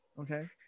okay